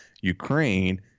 ukraine